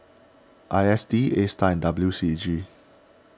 I S D Astar and W C A G